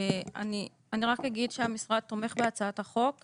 אני רק אגיד שהמשרד תומך בהצעת החוק ובקידומה.